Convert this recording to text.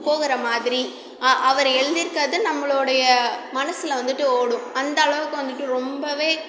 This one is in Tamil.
போகிற மாதிரி அவர் எழுதிருக்கிறது நம்பளோடைய மனசில் வந்துவிட்டு ஓடும் அந்தளவுக்கு வந்துவிட்டு ரொம்பவே